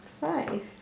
five